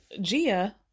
Gia